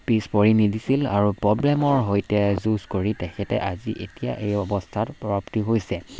পিছ পৰি নিদিছিল আৰু প্ৰব্লেমৰ সৈতে যুঁজ কৰি তেখেতে আজি এতিয়া এই অৱস্থাত প্ৰাপ্তি হৈছে